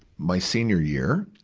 my senior year,